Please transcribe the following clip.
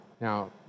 Now